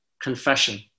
confession